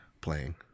playing